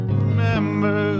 remember